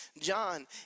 John